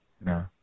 no